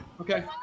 Okay